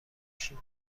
شیم